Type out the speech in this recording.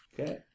Okay